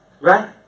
Right